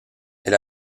elle